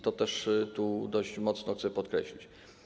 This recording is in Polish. To też dość mocno chcę podkreślić.